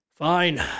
Fine